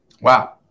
Wow